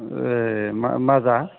ए माजा